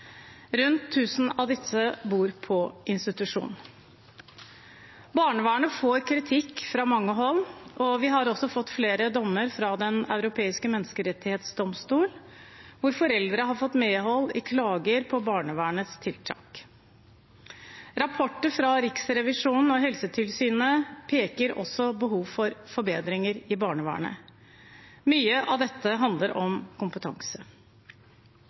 Rundt 1 000 av disse bor på institusjon. Barnevernet får kritikk fra mange hold, og vi har fått flere dommer i Den europeiske menneskerettsdomstolen hvor foreldre har fått medhold i klager på barnevernets vedtak. Rapporter fra Riksrevisjonen og Helsetilsynet peker også på behov for forbedringer i barnevernet. Mye av dette handler om kompetanse.